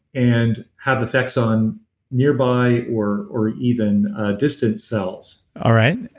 and have effects on nearby or or even distant cells all right.